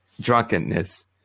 drunkenness